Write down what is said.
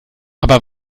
aber